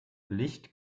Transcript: licht